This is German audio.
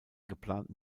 geplanten